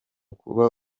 kuba